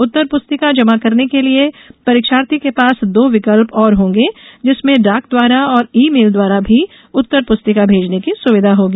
उत्तर पुस्तिका जमा करने के लिये परीक्षार्थी के पास दो विकल्प और होंगे जिसमें डाक द्वारा और ई मेल द्वारा भी उत्तर पुस्तिका भेजने की सुविधा होगी